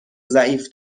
ضعیف